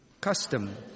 custom